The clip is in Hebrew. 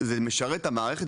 זה משרת את המערכת,